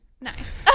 nice